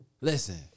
Listen